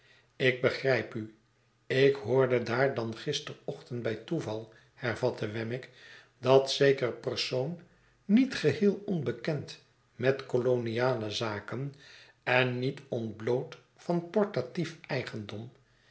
ik begrijp u ik hoorde daar dan gisterochtend bij toeval hervatte wemmick dat zeker persoon niet geheel onbekend met koloniale zaken en niet ontbloot van portatief eigendom